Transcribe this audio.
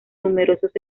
numerosos